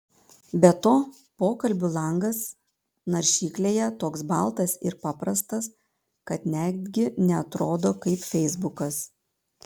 be to pokalbių langas naršyklėje toks baltas ir paprastas kad netgi neatrodo kaip feisbukas